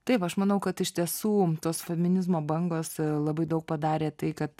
taip aš manau kad iš tiesų tos feminizmo bangos e labai daug padarė tai kad